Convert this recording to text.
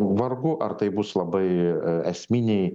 vargu ar tai bus labai esminiai